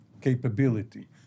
capability